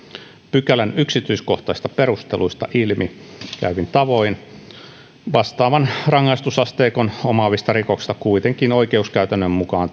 pykälän yksityiskohtaisista perusteluista ilmi käyvin tavoin tuomitaan vastaavan rangaistusasteikon omaavista rikoksista kuitenkin oikeuskäytännön mukaan